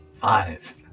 Five